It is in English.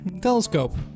telescope